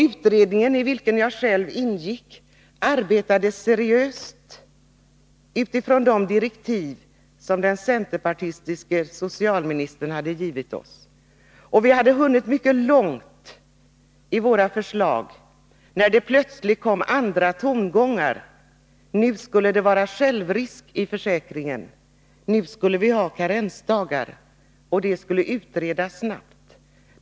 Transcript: Utredningen, i vilken jag själv ingick, arbetade seriöst utifrån de direktiv som den centerpartistiska socialministern hade givit den. Vi hade hunnit mycket långt med våra förslag när det plötsligt kom andra tongångar — nu skulle det vara självrisk i försäkringen, nu skulle vi ha karensdagar, och det skulle utredas snabbt.